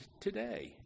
today